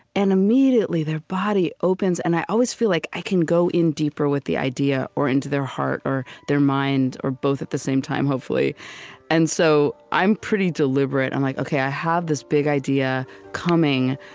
and immediately their body opens, and i always feel like i can go in deeper with the idea, or into their heart, or their mind, or both at the same time, hopefully and so i'm pretty deliberate. i'm like, ok, i have this big idea coming,